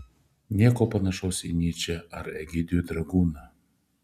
nieko panašaus į nyčę ar egidijų dragūną